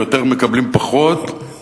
ויותר מקבלים פחות,